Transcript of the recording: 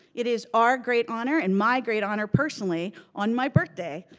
it is our great honor and my great honor, personally, on my birthday,